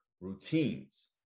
routines